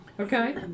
Okay